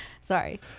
Sorry